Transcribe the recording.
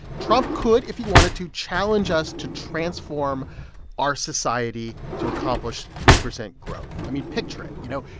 trump could, if he wanted to, challenge us to transform our society to accomplish three percent growth. i mean, picture it you know,